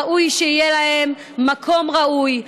ראוי שיהיה להם מקום ראוי,